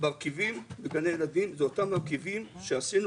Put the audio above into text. מרכיבים בגני ילדים אלה אותם מרכיבים שעשינו